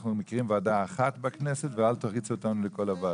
אומרים: אנחנו מכירים ועדה אחת בכנסת ואל תריצו אותנו לכל הוועדות.